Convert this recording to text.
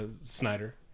Snyder